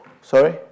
sorry